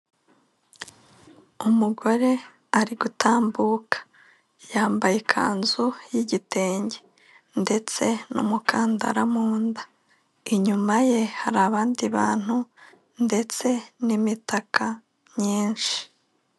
Umugore ari gutambuka, yambaye ikanzu y'igitenge, ndetse n'umukandara mu nda, inyuma ye hari abandi bantu ndetse n'imitaka myinshi.